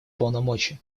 полномочия